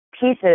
pieces